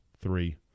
three